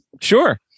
Sure